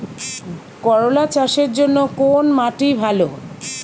করলা চাষের জন্য কোন মাটি ভালো?